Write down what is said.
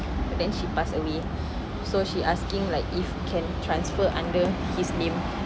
the she passed away so she asking like if can transfer under his name